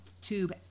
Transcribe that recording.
tube